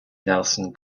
nelson